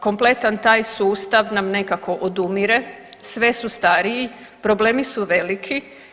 Kompletan taj sustav nam nekako odumire, sve su stariji, problemi su veliki.